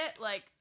like-